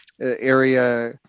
Area